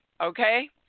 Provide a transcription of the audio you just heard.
Okay